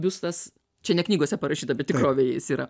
biustas čia ne knygose parašyta bet tikrovėj jis yra